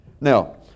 Now